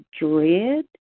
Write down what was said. dread